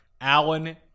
Allen